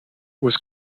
was